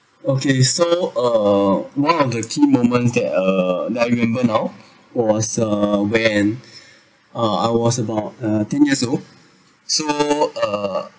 okay so uh one of the key moments that uh that I remember now was uh when uh I was about uh ten years old so uh